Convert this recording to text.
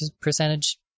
percentage